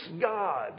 God